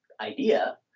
idea